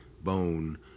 bone